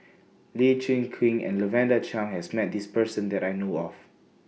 Lee Chin Koon and Lavender Chang has Met This Person that I know of